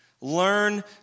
Learn